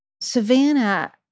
Savannah